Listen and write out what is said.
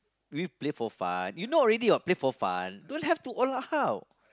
we play for fun you know already what play for fun don't have to all out